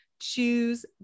choose